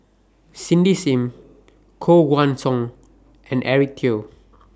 Cindy SIM Koh Guan Song and Eric Teo